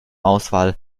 auswahl